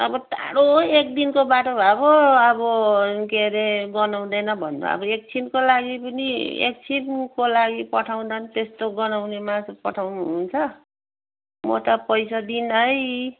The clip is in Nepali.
अब टाढो एक दिनको बाटो भए पो अब के अरे गनाउँदैन भन्नु एकछिनको लागि पनि एकछिनको लागि पठाउँदा नि त्यस्तो गनाउने मासु पठाउनु हुन्छ म त पैसा दिन्नँ है